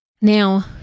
Now